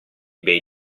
bei